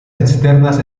externas